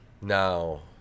Now